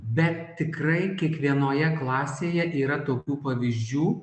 bet tikrai kiekvienoje klasėje yra tokių pavyzdžių